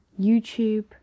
youtube